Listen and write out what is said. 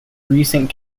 recent